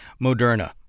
Moderna